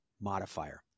modifier